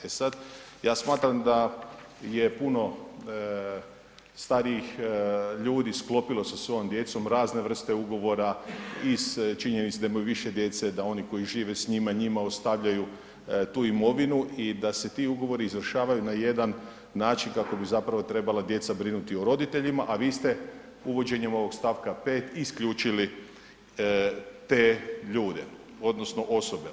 E, sad ja smatram da je puno starijih ljudi sklopilo sa svojom djecom razne vrste ugovora iz činjenice da imaju više djece da oni koji žive s njima njima ostavljaju tu imovinu i da se ti ugovori izvršavaju na jedan način kako bi zapravo trebala djeca brinuti o roditeljima, a vi ste uvođenjem ovog st. 5. isključili te ljude odnosno osobe.